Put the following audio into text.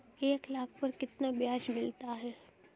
एक लाख पर कितना ब्याज मिलता है?